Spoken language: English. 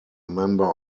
member